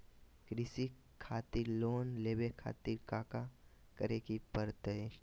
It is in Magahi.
कृषि खातिर लोन लेवे खातिर काका करे की परतई?